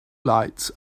lights